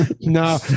No